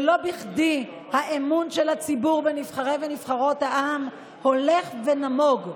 ולא בכדי האמון של הציבור בנבחרי ונבחרות העם הולך ונמוג.